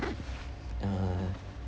uh